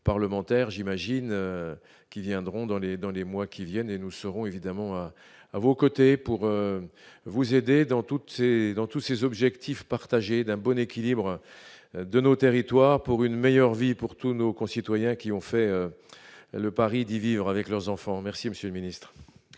parlementaires, j'imagine, qui viendront dans les, dans les mois qui viennent et nous serons évidemment à vos côtés pour vous aider dans toutes ces dans tous ses objectifs partagés d'un bon équilibre de nos territoires, pour une meilleure vie pour tous nos concitoyens qui ont fait le pari d'y vivre avec leurs enfants, merci Monsieur le Ministre.